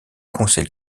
conseil